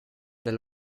del